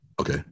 okay